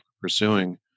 pursuing